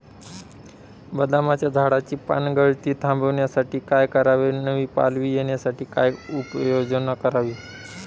बदामाच्या झाडाची पानगळती थांबवण्यासाठी काय करावे? नवी पालवी येण्यासाठी काय उपाययोजना करावी?